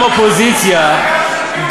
גם אופוזיציה,